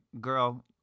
girl